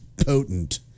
potent